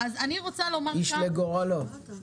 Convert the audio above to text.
איש לגורלו.